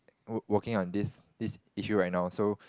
wo~ working on this this issue right now so